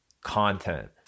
content